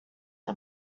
are